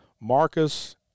Marcus